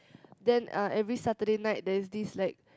then uh every Saturday night there's this like